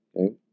Okay